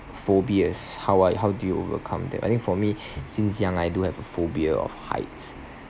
phobias how are y~ how do you overcome that I think for me since young I do have a phobia of heights